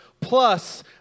plus